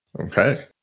Okay